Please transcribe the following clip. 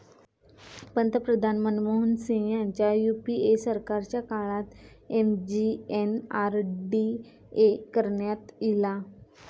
पंतप्रधान मनमोहन सिंग ह्यांच्या यूपीए सरकारच्या काळात एम.जी.एन.आर.डी.ए करण्यात ईला